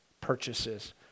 purchases